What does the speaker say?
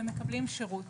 ומקבלים שירות.